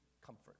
comfort